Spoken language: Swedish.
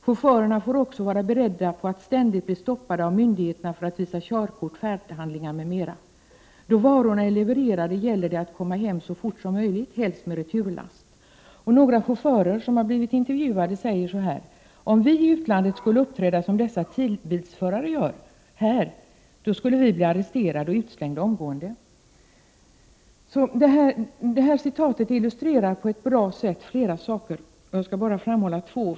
Chaufförerna får också vara beredda på att ständigt bli stoppade av myndigheterna för att visa körkort, färdhandlingar m.m. Då varorna är levererade gäller det att komma hem så fort som möjligt, helst med returlast.” Några chaufförer som har blivit intervjuade säger: ”Om vi i utlandet skulle uppträda som dessa TIR-bilförare gör här, skulle vi bli arresterade och utslängda omgående.” Detta citat illustrerar på ett bra sätt flera saker, och jag skall framhålla två.